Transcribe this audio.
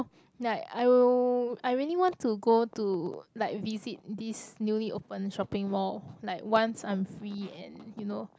like I'll I really want to go to like visit this newly open shopping mall like once I'm free and you know